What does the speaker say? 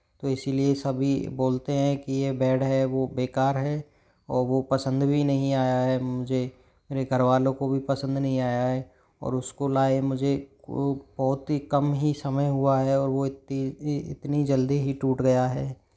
तो इसलिए सभी बोलते हैं कि ये बैड है वो बेकार है और वो पसंद भी नहीं आया है मुझे मेरे घरवालों को भी पसंद नहीं आया है और उसको लाए मुझे बहुत ही कम ही समय हुआ है और वो इत्ती इतनी जल्दी ही टूट गया है